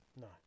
No